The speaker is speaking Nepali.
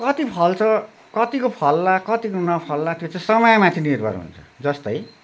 कति फल्छ कत्तिको फल्ला कत्तिको नफल्ला त्यो चाहिँ समयमाथि निर्भर हुन्छ जस्तै